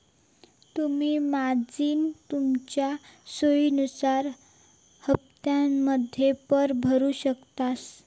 तुम्ही मार्जिन तुमच्या सोयीनुसार हप्त्त्यांमध्ये पण भरु शकतास